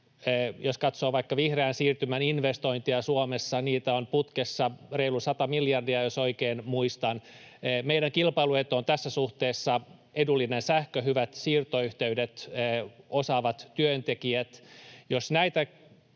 Jos katsoo vaikka vihreän siirtymän investointeja Suomessa, niitä on putkessa reilu 100 miljardia, jos oikein muistan. Meidän kilpailuetu on tässä suhteessa edullinen sähkö, hyvät siirtoyhteydet, osaavat työntekijät. Jos näitä